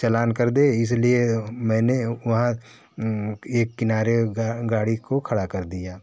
चलान कर दे इसलिए मैंने वहाँ एक किनारे गाड़ी को खड़ा कर दिया